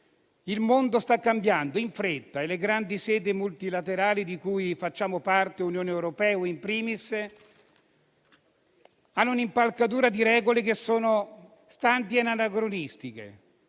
Il mondo sta cambiando in fretta e le grandi sedi multilaterali di cui facciamo parte, Unione europea *in primis*, hanno un'impalcatura di regole che risultano stantie ed anacronistiche.